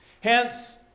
Hence